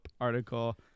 article